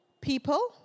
People